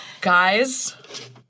Guys